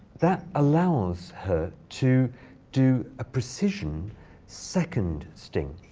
that allows her to do a precision second sting.